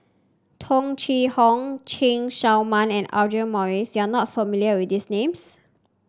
Tung Chye Hong Chen Show Mao and Audra Morrice you are not familiar with these names